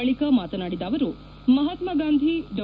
ಬಳಿಕ ಮಾತನಾಡಿದ ಅವರು ಮಪಾತ್ಮಾ ಗಾಂಧಿ ಡಾ